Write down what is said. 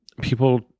people